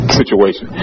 situation